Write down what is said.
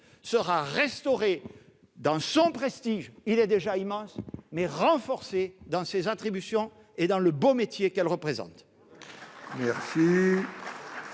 sera restaurée dans son prestige- il est déjà immense -et renforcée dans ses attributions et dans le beau métier qu'elle représente.